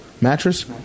mattress